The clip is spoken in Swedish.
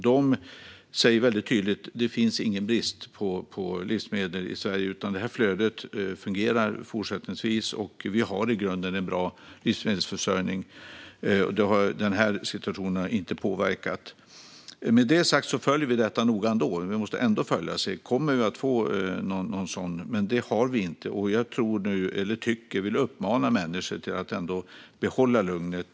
De säger väldigt tydligt att det inte finns någon brist på livsmedel i Sverige. Flödet fungerar fortsättningsvis, och vi har i grunden en bra livsmedelsförsörjning. Den här situationen har inte påverkat detta. Med det sagt följer vi ändå detta noga; vi måste se om vi kommer att få någon sådan brist. Men det har vi inte, och jag vill uppmana människor att ändå behålla lugnet.